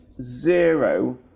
Zero